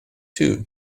too